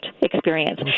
experience